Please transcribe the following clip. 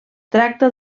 tracta